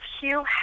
Hugh